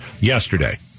Yesterday